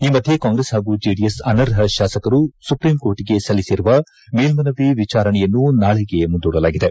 ಈ ಮಧ್ಯೆ ಕಾಂಗ್ರೆಸ್ ಹಾಗೂ ಜೆಡಿಎಸ್ ಅನರ್ಹ ಶಾಸಕರು ಸುಪ್ರೀಂಕೋರ್ಟಗೆ ಸಲ್ಲಿಸಿರುವ ಮೇಲ್ನನವಿ ವಿಚಾರಣೆಯನ್ನು ನಾಳಿಗೆ ಮುಂದೂಡಲಾಗಿದೆ